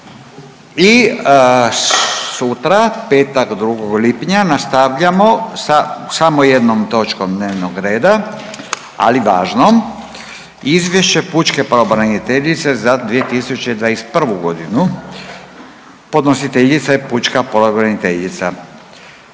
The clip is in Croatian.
i sutra petak, 2. lipnja nastavljamo sa samo jednom točnom dnevnog reda, ali važnom Izvješće pučke pravobraniteljice za 2021. godinu. Podnositeljica je pučka pravobraniteljica